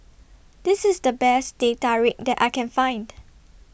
This IS The Best Teh Tarik that I Can Find